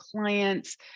clients